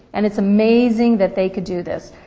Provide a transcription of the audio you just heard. and it's amazing that they could do this.